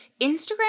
Instagram